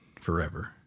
forever